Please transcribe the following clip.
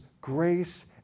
grace